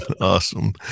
Awesome